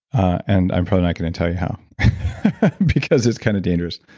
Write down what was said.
and i'm probably not going to tell you how because it's kind of dangerous,